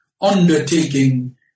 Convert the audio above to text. undertaking